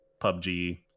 PUBG